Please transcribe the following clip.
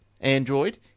Android